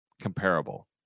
comparable